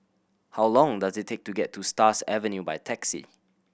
how long does it take to get to Stars Avenue by taxi